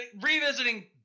Revisiting